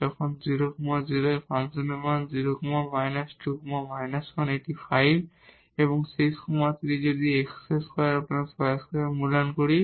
সুতরাং 00 এ ফাংশনের মান 0 2 1 এটি 5 এবং 6 3 যদি আমরা x2 y2 মূল্যায়ন করি